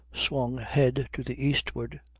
swung head to the eastward,